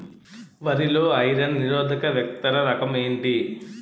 వరి లో ఐరన్ నిరోధక విత్తన రకం ఏంటి?